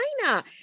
China